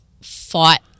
fought